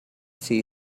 see